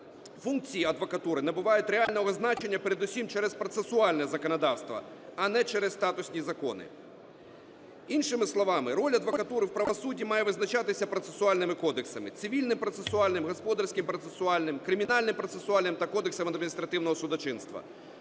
функції адвокатури набувають реального значення передусім через процесуальне законодавство, а не через статусні закони. Іншими словами, роль адвокатури в правосудді має визначатися процесуальними кодексами: Цивільним процесуальним, Господарським процесуальним, Кримінальним процесуальним та Кодексом адміністративного судочинства.